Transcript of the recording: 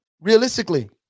realistically